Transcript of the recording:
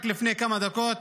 רק לפני כמה דקות